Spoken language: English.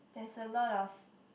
there's a lot of